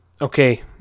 Okay